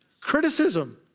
Criticism